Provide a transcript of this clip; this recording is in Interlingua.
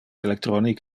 electronic